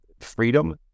freedom